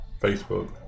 Facebook